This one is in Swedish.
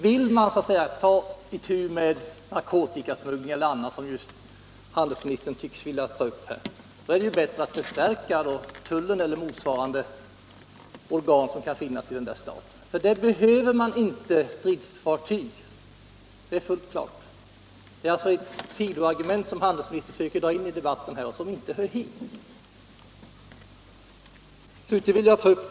Vill man ta itu med narkotikasmuggling eller annat som handelsministern tycks vilja tala om här, så är det bättre att förstärka tullen eller motsvarande organ som kan finnas i den stat det gäller. För det behöver man inte stridsfartyg, det är fullt klart. Det är alltså ett sidoargument, som inte hör hit, som handelsministern försöker dra in i debatten här.